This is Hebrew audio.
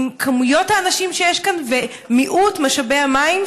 עם כמויות האנשים שיש כאן ומיעוט משאבי המים,